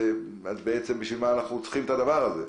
בשביל מה בעצם אנחנו צריכים את הדבר הזה.